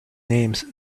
names